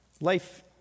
Life